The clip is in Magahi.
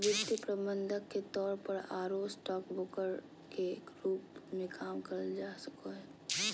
वित्तीय प्रबंधक के तौर पर आरो स्टॉक ब्रोकर के रूप मे काम करल जा सको हई